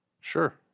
Sure